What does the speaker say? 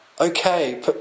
Okay